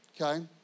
Okay